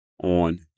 on